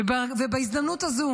ובהזדמנות הזו,